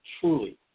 truly